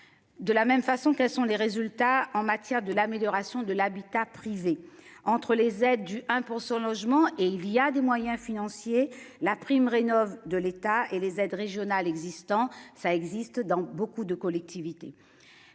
De la même façon. Quels sont les résultats en matière de l'amélioration de l'habitat prisée entre les aides du 1% logement et il y a des moyens financiers, la prime rénovent de l'État et les aides régionales existant, ça existe dans beaucoup de collectivités.